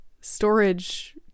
storage